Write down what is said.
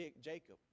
Jacob